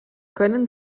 können